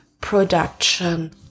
production